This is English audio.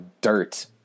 dirt